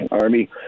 Army